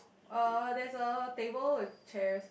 uh there's a table with chairs